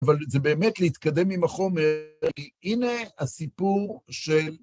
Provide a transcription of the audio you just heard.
אבל זה באמת להתקדם עם החומר... הנה הסיפור של...